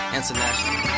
International